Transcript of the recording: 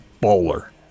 bowler